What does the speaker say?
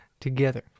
Together